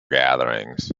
gatherings